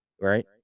right